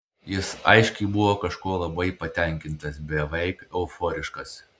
jis aiškiai buvo kažkuo labai patenkintas beveik euforiškas